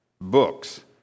books